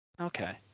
Okay